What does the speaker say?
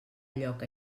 lloc